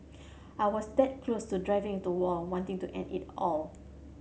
I was that close to driving into wall wanting to end it all